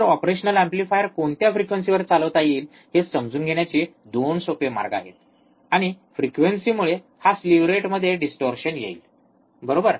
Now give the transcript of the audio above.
तर operational amplifier कोणत्या फ्रिक्वेंसीवर चालवता येईल हे समजून घेण्याचे 2 सोपे मार्ग आहेत आणि फ्रिक्वेंसीमुळे हा स्लीव्हरेट मध्ये डिस्टोर्शन येईल बरोबर